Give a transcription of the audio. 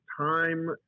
time